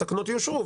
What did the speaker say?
התקנות יאושרו,